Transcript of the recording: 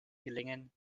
gelingen